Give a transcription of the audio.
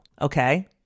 okay